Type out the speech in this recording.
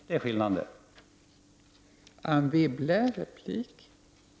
Det är en helt annan sak.